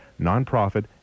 nonprofit